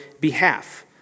behalf